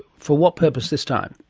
for what purpose this time?